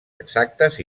exactes